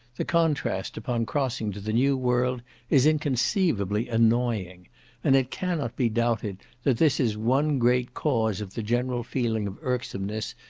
the contrast upon crossing to the new world is inconceivably annoying and it cannot be doubted that this is one great cause of the general feeling of irksomeness,